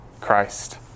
Christ